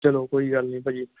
ਚਲੋ ਕੋਈ ਗੱਲ ਨਹੀਂ ਭਾਅ ਜੀ